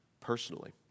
personally